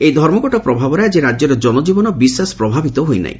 ଏହି ଧର୍ମଘଟ ପ୍ରଭାବରେ ଆକି ରାକ୍ୟରେ ଜନଜୀବନ ବିଶେଷ ପ୍ରଭାବିତ ହୋଇ ନାହି